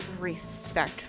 respect